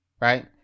right